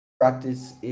practice